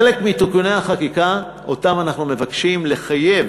חלק מתיקוני החקיקה הוא שאנחנו מבקשים לחייב